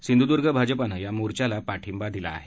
सिंधुद्र्ग भाजपनं या मोर्चाला पाठिंबा दिला आहे